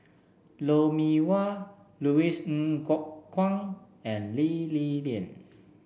Lou Mee Wah Louis Ng Kok Kwang and Lee Li Lian